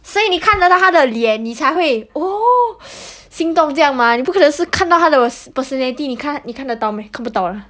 所以你看得到她的脸你才会 oh 心动这样嘛你不可能是看到她的 personality 你看你看得到 meh 看不到 lah